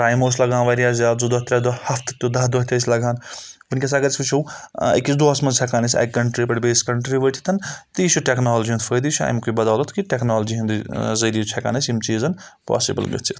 time اوس لَگان واریاہ زیادٕ زٕ دۄہ ترٛےٚ دۄہ ہفتہٕ دَہ دۄہ تہِ ٲسۍ لَگان وٕنٛکٮ۪س اگر أسۍ وٕچھو أکِس دۄہَس منٛز ہؠکان أسۍ اَکہِ کَنٛٹرِی پؠٹھ بیٚیِس کَنٛٹرِی وٲتِتھَن تہٕ یہِ چھُ ٹَیکنَالٕجِی ہُنٛد فٲیدٕ یہِ چھُ اٮ۪مکُے بَدَولَتھ کہِ ٹَیکنَالٕجِی ہِنٛدٕ ذٔریعہِ چھِ ہیٚکان أسۍ یِم چیٖزَن پاسِبٕل گٔژھِتھ